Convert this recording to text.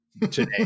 today